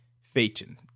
Phaeton